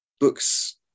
books